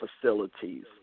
facilities